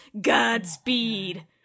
Godspeed